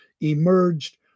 emerged